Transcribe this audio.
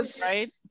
Right